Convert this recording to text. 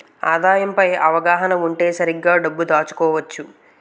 ఆదాయం పై అవగాహన ఉంటే సరిగ్గా డబ్బు దాచుకోవచ్చు